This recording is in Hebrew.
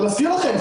אני מזכיר לכם,